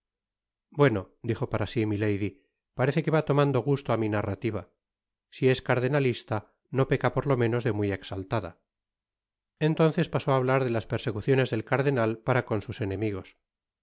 bueno dijo para si milady parece que va tomando gusto á mi narrativa si es cardenalista no peca por lo menos de muy exaltada entonces pasó á hablar de las persecuciones del cardenal para con sus enemigos